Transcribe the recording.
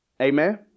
Amen